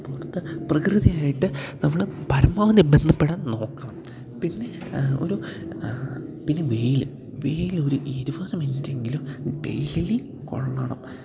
നമ്മൾകൊക്കെ പ്രകൃതി ആയിട്ട് നമ്മൾ പരമാവധി ബന്ധപ്പെടാൻ നോക്കണം പിന്നെ ഒരോ പിന്നെ വെയിൽ വെയിൽ ഒരു ഇരുപത് മിനിറ്റെങ്കിലും ഡെയിലി കൊള്ളണം